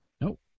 Nope